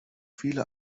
viele